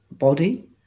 body